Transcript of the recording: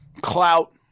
clout